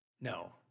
No